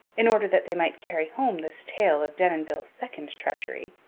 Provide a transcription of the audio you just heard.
in order that they might carry home this tale of denonville's second treachery.